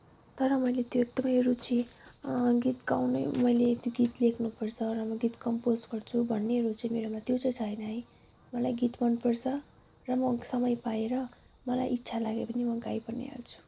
तर मैले त्यो एकदमै रुचि गीत गाउनै मैले त्यो गीत लेख्नुपर्छ र म गीत कम्पोज गर्छु भन्नेहरू चाहिँ मेरोमा त्यो चाहिँ छैन है मलाई गीत मनपर्छ र म समय पाएर मलाई इच्छा लाग्यो भने म गाई पनि हाल्छु